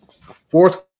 fourth